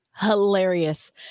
hilarious